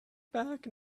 back